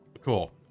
cool